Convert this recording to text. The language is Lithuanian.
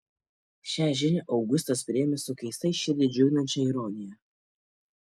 šią žinią augustas priėmė su keistai širdį džiuginančia ironija